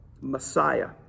messiah